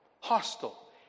Hostile